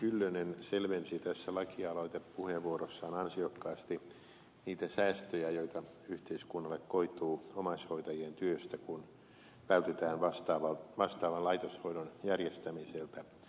kyllönen selvensi lakialoitepuheenvuorossaan ansiokkaasti niitä säästöjä joita yhteiskunnalle koituu omaishoitajien työstä kun vältytään vastaavan laitoshoidon järjestämiseltä